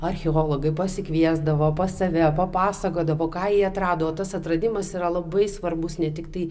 archeologai pasikviesdavo pas save papasakodavo ką jie atrado tas atradimas yra labai svarbus ne tiktai